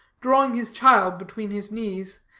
drawing his child between his knees,